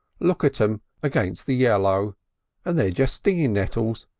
look at em against the yellow and they're just stingin nettles.